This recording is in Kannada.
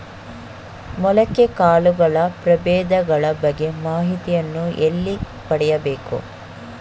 ಮೊಳಕೆ ಕಾಳುಗಳ ಪ್ರಭೇದಗಳ ಬಗ್ಗೆ ಮಾಹಿತಿಯನ್ನು ಎಲ್ಲಿ ಪಡೆಯಬೇಕು?